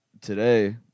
today